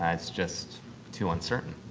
it's just too uncertain.